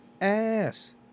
ass